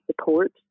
support